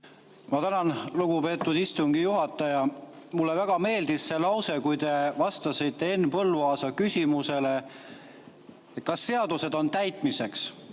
Ma tänan, lugupeetud istungi juhataja! Mulle väga meeldis see lause, kui te vastasite Henn Põlluaasa küsimusele, kas seadused on täitmiseks.